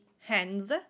hands